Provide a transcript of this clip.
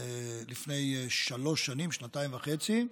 לפני שלוש שנים או שנתיים וחצי,